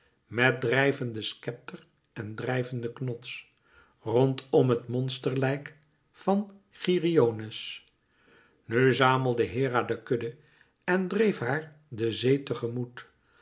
met drijvenden schepter en drijvenden knots rondom het monsterlijk van geryones nu zamelde hera de kudde en dreef haar de zee